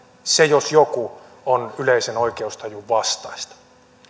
se jos jokin on yleisen oikeustajun vastaista